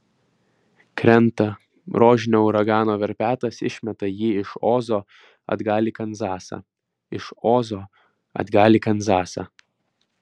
krenta rožinio uragano verpetas išmeta jį iš ozo atgal į kanzasą iš ozo atgal į kanzasą